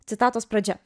citatos pradžia